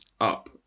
up